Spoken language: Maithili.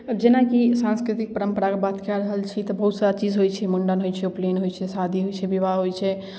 जेनाकि सांस्कृतिक परम्पराके बात कए रहल छी तऽ बहुत सारा चीज होइ छै मुण्डन होइ छै उपनयन होइ छै शादी होइ छै बिआह होइ छै